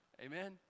Amen